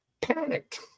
panicked